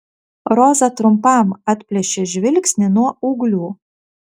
roza trumpam atplėšė žvilgsnį nuo ūglių